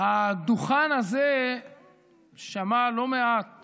הדוכן הזה שמע לא מעט